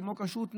כמו כשרות,